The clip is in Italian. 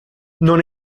non